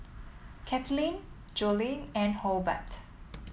Katelin Joline and Hobart